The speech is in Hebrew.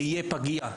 תהיה פגייה.